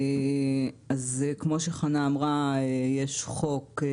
כמו שחנה אמרה, יש חוק.